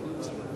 נא לצלצל.